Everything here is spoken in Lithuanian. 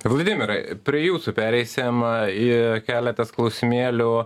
vladimirai prie jūsų pereisim i keletas klausimėlių